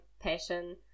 passion